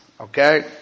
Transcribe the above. Okay